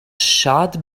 schad